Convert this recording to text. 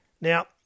Now